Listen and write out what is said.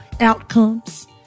outcomes